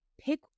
Pick